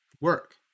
work